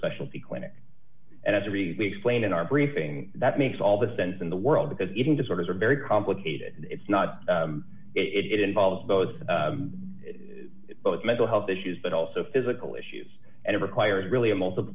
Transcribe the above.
specialty clinic as are easily explained in our briefing that makes all the sense in the world because eating disorders are very complicated it's not it involves those both mental health issues but also physical issues and it requires really a multiple